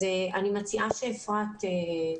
אני מציעה שאפרת תתייחס.